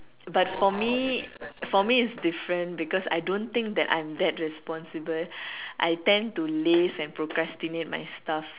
but for me for me it's different because I don't think I'm that responsible I tend to laze and procrastinate my stuff